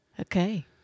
Okay